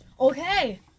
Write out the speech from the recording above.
Okay